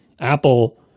apple